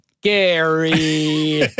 Gary